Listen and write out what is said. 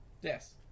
Yes